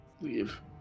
Leave